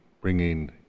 bringing